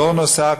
דור נוסף,